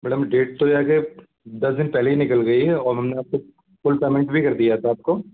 madam date तो या के दस दिन पहले हि निकल गई है और हमने आपको फूल पेमेंट भी कर दिया था आपको